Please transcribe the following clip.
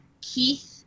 keith